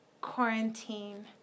quarantine